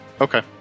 Okay